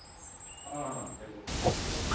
हँ से तऽ